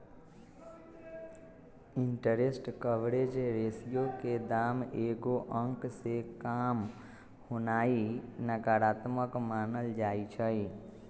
interest coverage ratio के दाम एगो अंक से काम होनाइ नकारात्मक मानल जाइ छइ